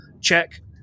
check